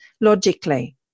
logically